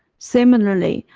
similarly,